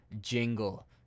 Jingle